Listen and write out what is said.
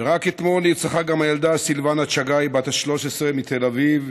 ורק אתמול נרצחה גם הילדה סילבנה צגאיי בת ה-13 מתל אביב,